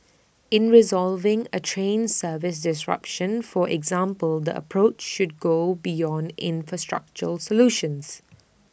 in resolving A train service disruption for example the approach should go beyond infrastructural solutions